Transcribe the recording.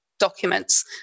documents